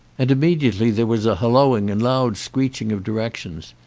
and immediately there was a holloaing and loud screeching of directions,